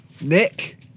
Nick